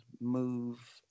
move